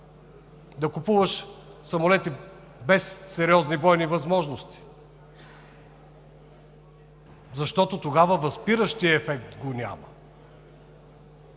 да купуваш самолети без сериозни бойни възможности, защото възпиращият ефект тогава